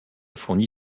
fourni